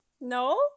No